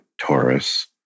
taurus